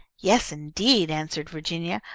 yes, indeed! answered virginia.